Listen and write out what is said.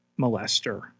molester